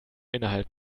innerhalb